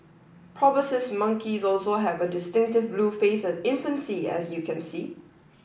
proboscis monkeys also have a distinctive blue face at infancy as you can see